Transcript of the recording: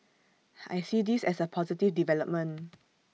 I see this as A positive development